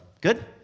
Good